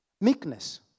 Meekness